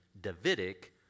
davidic